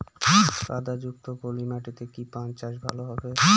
কাদা যুক্ত পলি মাটিতে কি পান চাষ ভালো হবে?